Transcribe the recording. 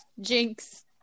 Jinx